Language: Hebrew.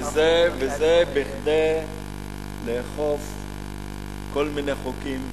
זה כדי לעקוף כל מיני חוקים,